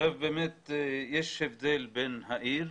יש הבדל בין העיר